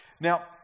now